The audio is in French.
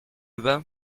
bas